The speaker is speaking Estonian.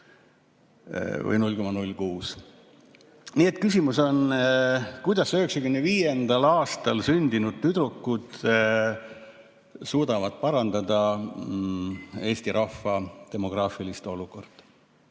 Nii et küsimus on, kuidas 1995. aastal sündinud tüdrukud suudavad parandada Eesti rahva demograafilist olukorda.